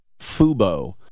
Fubo